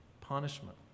punishment